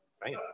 Right